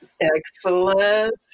Excellent